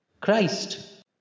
Christ